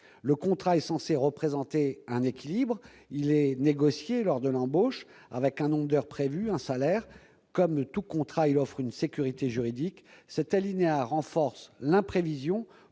Le contrat est censé représenter un équilibre : il est négocié lors de l'embauche, avec un nombre d'heures prévues, un salaire ... Bref, comme tout contrat, il offre une sécurité juridique. Cet alinéa tend à renforcer l'imprévisibilité